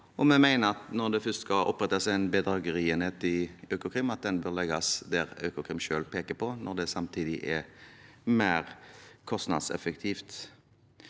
vi mener at hvis det først skal opprettes en bedragerienhet i Økokrim, bør den legges dit Økokrim selv ønsker, når det samtidig er mer kostnadseffektivt.